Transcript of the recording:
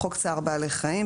בחוק צער בעלי חיים,